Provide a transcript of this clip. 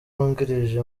wungirije